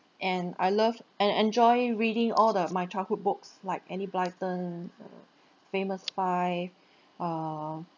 and I love and enjoy reading all that my childhood books like enid blyton err famous five err err